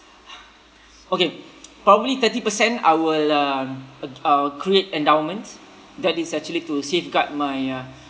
okay probably thirty percent I will uh I'll create endowments that is actually to safeguard my uh